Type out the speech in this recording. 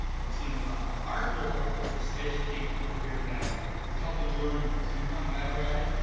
and team them up. our goal is to educate people here in niagara. to help them learn more. to become better at it.